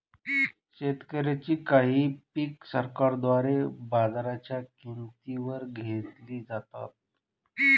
शेतकऱ्यांची काही पिक सरकारद्वारे बाजाराच्या किंमती वर घेतली जातात